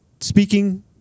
speaking